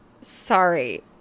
sorry